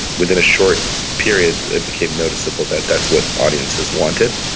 within a short period it became noticeable that that's what audiences wanted,